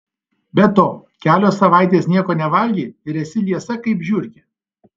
be to kelios savaitės nieko nevalgei ir esi liesa kaip žiurkė